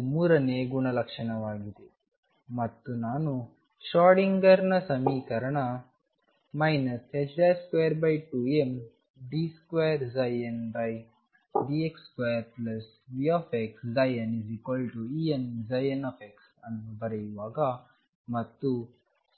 ಇದು ಮೂರನೆಯ ಗುಣಲಕ್ಷಣವಾಗಿದೆ ಮತ್ತು ನಾನು ಶ್ರೊಡಿಂಗರ್Schrödingerನ ಸಮೀಕರಣ 22md2ndx2VxnEnn ಅನ್ನು ಬರೆಯುವಾಗ ಮತ್ತು